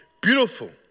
beautiful